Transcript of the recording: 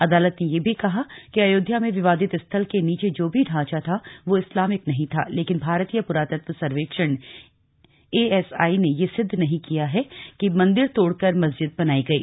अदालत ने ये भी कहा कि अयोध्या में विवादित स्थल के नीचे जो भी ढांचा था वह इस्लामिक नहीं था लेकिन भारतीय पुरातत्व सर्वेक्षण एएसआई ने यह सिद्व नहीं किया है कि मंदिर तोड़कर मस्जिद बनाई गई